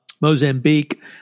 Mozambique